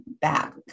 back